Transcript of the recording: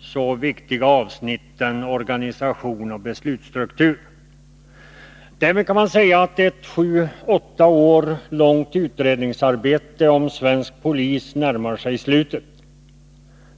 så viktiga avsnitten om organisation och beslutsstruktur. Därmed kan man säga att ett sju åtta år långt utredningsarbete om svensk polis framtid närmar sig slutet.